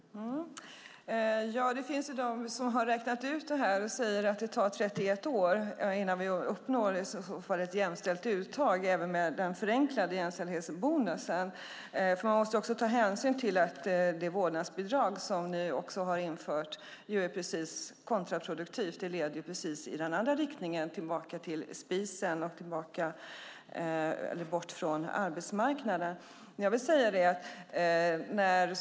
Fru talman! Det finns de som har räknat ut det här och säger att det tar 31 år innan vi uppnår ett jämställt uttag även med den förenklade jämställdhetsbonusen. Man måste också ta hänsyn till att det vårdnadsbidrag som har införts är kontraproduktivt och leder i den andra riktningen, bort från arbetsmarknaden och tillbaka till spisen.